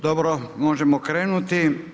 Dobro, možemo krenuti.